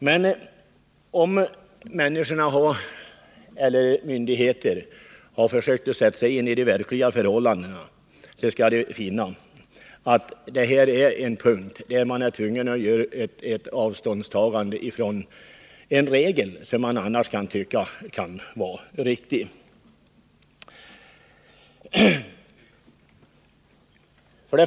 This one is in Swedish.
Men om myndigheterna verkligen försökte sätta sig in i de förhållanden som gäller, så skall de finna att denna verksamhet är sådan att man är tvungen att göra avsteg från en regel som i övrigt kan tyckas vara riktig.